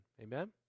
Amen